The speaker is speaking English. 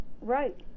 Right